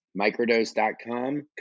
Microdose.com